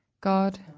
God